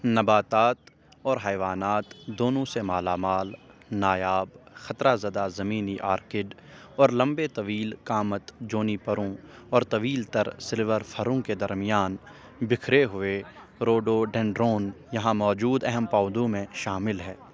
نباتات اور حیوانات دونوں سے مالا مال نایاب خطرہ زدہ زمینی آرکڈ اور لمبے طویل قامت جونیپروں اور طویل تر سلور فروں کے درمیان بکھرے ہوئے روڈوڈینڈرون یہاں موجود اہم پودوں میں شامل ہے